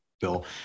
Bill